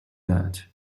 that